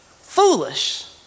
foolish